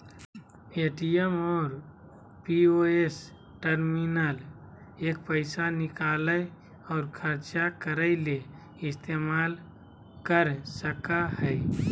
ATM और POS terminal पर पैसा निकालय और ख़र्चा करय ले इस्तेमाल कर सकय हइ